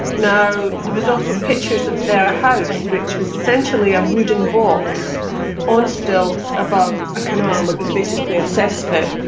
now, there was also pictures of their house which was essentially a wooden box on stilts above a canal that was basically a cess pit,